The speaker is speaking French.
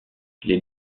les